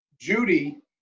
Judy